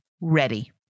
ready